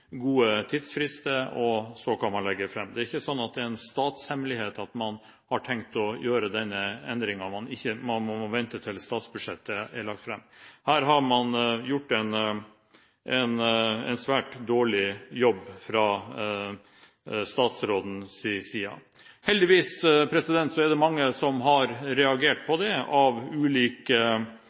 gode tidsfrister, og så kan man legge den fram. Det er ikke slik at det er en statshemmelighet at man har tenkt å gjøre denne endringen og man må vente til statsbudsjettet er lagt fram. Her har man gjort en svært dårlig jobb fra statsrådens side. Heldigvis er det mange ulike organisasjoner og de som har blitt berørt, som har reagert på det.